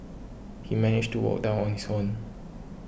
he managed to walk down on his own